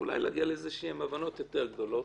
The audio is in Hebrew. אולי להגיע לאיזשהן הבנות יותר גדולות.